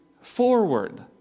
forward